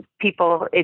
people